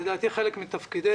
לדעתי חלק מתפקידנו,